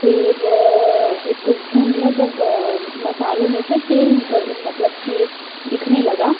फिर उसको भून लिया जब मसालों में से तेल निकल मतलब की दिखने लगा